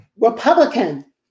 Republican